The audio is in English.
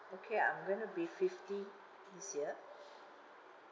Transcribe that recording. okay I'm going to be fifty this year